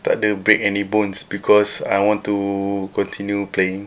tak ada break any bones because I want to continue playing